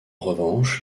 revanche